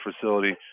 facility